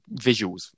visuals